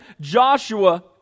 Joshua